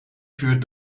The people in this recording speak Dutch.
vuur